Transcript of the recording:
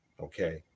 Okay